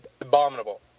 Abominable